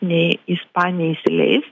nei ispaniją įsileis